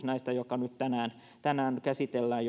näistä jotka nyt tänään tänään käsitellään